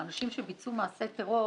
לאנשים שביצעו מעשי טרור,